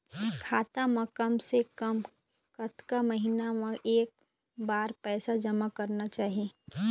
खाता मा कम से कम कतक महीना मा एक बार पैसा जमा करना चाही?